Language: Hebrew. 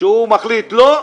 כשהוא מחליט לא,